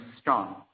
strong